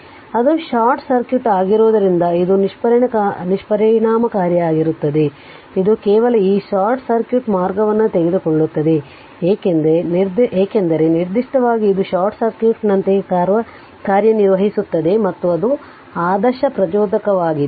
ಆದ್ದರಿಂದ ಅದು short circuit ಆಗಿರುವುದರಿಂದ ಇದು ನಿಷ್ಪರಿಣಾಮಕಾರಿಯಾಗಿರುತ್ತದೆ ಇದು ಕೇವಲ ಈ ಶಾರ್ಟ್ ಸರ್ಕ್ಯೂಟ್ ಮಾರ್ಗವನ್ನು ತೆಗೆದುಕೊಳ್ಳುತ್ತದೆ ಏಕೆಂದರೆ ನಿರ್ದಿಷ್ಟವಾಗಿ ಇದು ಶಾರ್ಟ್ ಸರ್ಕ್ಯೂಟ್ನಂತೆ ಕಾರ್ಯನಿರ್ವಹಿಸುತ್ತದೆ ಮತ್ತು ಅದು ಆದರ್ಶ ಪ್ರಚೋದಕವಾಗಿದೆ